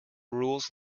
rules